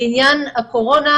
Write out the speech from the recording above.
לעניין הקורונה,